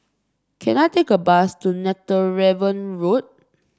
can I take a bus to Netheravon Road